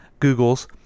Googles